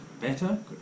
better